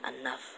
enough